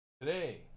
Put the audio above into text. today